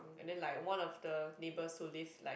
and then like one of the neighbours who live like